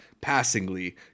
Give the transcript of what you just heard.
passingly